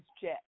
jet